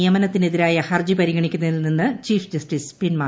നിയമനത്തിനെതിരായു ഫർജി പരിഗണിക്കുന്നതിൽ നിന്ന് ചീഫ് ജസ്റ്റിസ് പിന്മാറ്റി